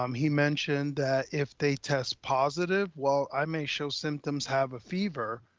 um he mentioned that if they test positive, while i may show symptoms, have a fever,